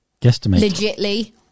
legitly